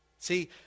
See